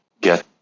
get